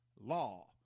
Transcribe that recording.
law